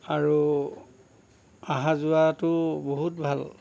আৰু আহা যোৱাটো বহুত ভাল